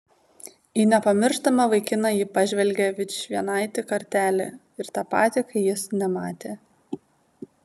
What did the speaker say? į nepamirštamą vaikiną ji pažvelgė vičvienaitį kartelį ir tą patį kai jis nematė